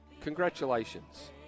congratulations